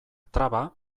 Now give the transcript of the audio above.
traba